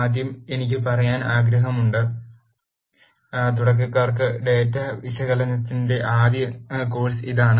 ആദ്യം എനിക്ക് പറയാൻ ആഗ്രഹമുണ്ട് തുടക്കക്കാർക്കുള്ള ഡാറ്റാ വിശകലനത്തിന്റെ ആദ്യ കോഴ്സ് ഇതാണ്